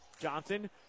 Johnson